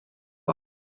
war